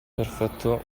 perfetto